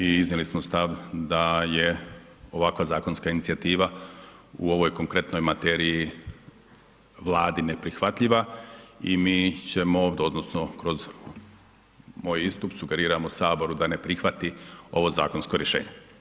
I iznijeli smo stav da je ovakva zakonska inicijativa u ovoj konkretnoj materiji, Vladi neprihvatljiva i mi ćemo, odnosno kroz moj istup sugeriramo Saboru da ne prihvati ovo zakonsko rješenje.